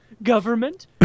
government